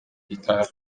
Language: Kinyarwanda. gitaha